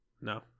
No